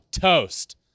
toast